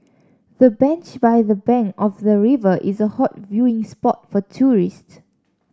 the bench by the bank of the river is a hot viewing spot for tourists